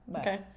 Okay